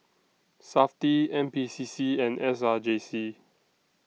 Safti N P C C and S R J C